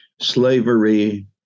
slavery